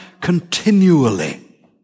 continually